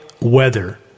weather